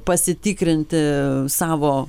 pasitikrinti savo